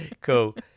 Cool